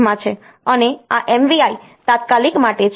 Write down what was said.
અને આ MVI તાત્કાલિક માટે છે